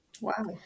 Wow